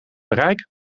bereik